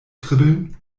kribbeln